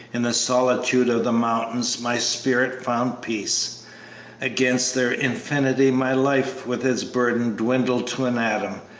in the solitude of the mountains, my spirit found peace against their infinity my life with its burden dwindled to an atom,